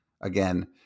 again